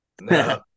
No